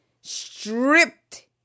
stripped